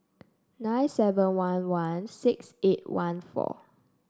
nine seven one one six eight one four